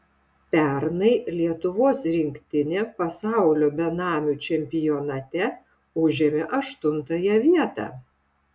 pernai lietuvos rinktinė pasaulio benamių čempionate užėmė aštuntąją vietą